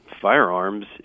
firearms